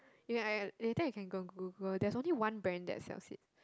ya can I can later you can go and Google there's only one brand that sells it